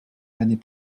l’année